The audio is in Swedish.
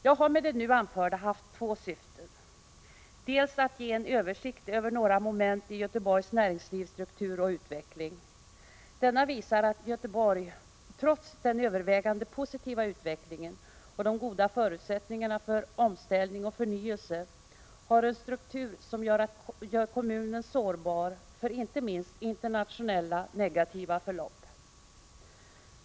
Jag har med det nu anförda haft två syften. Det ena är att ge en översikt över några moment i Göteborgs näringslivsstruktur och utveckling. Denna visar att Göteborg, trots den övervägande positiva utvecklingen och de goda förutsättningarna för omställning och förnyelse, har en struktur som gör kommunen sårbar för inte minst internationella negativa förlopp.